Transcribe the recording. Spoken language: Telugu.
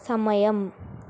సమయం